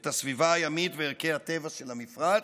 את הסביבה הימית וערכי הטבע של המפרץ,